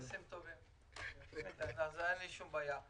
גפני ואני ביחסים טובים אז אין לי שום בעיה.